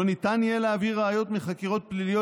לא ניתן יהיה להביא ראיות מחקירות פליליות